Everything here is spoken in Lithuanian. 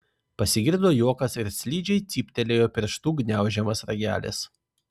pasigirdo juokas ir slidžiai cyptelėjo pirštų gniaužiamas ragelis